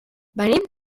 venim